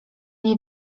nie